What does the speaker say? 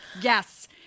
Yes